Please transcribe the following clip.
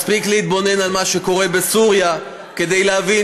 מספיק להתבונן על מה שקורה בסוריה כדי להבין